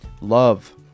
love